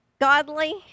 godly